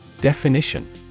Definition